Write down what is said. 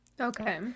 Okay